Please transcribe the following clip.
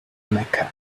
mecca